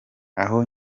aho